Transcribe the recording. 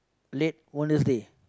late Wednesday